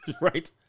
right